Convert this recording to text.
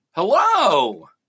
Hello